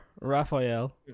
Raphael